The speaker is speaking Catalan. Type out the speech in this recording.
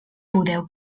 podeu